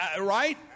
right